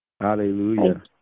Hallelujah